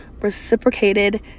reciprocated